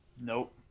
Nope